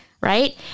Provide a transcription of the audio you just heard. right